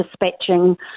dispatching